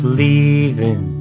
leaving